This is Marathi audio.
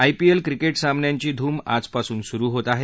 आयपीएल क्रिकेठेसामन्यांची धूम आजपासून सुरु होत आहे